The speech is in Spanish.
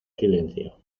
silencio